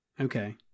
Okay